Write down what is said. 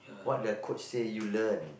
what the coach say you learn